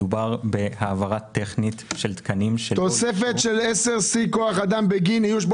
מדובר בהעברה טכנית של תקנים --- תוספת של 10 שיא כוח אדם בגין איוש.